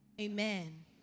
Amen